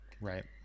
Right